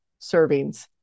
servings